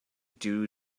due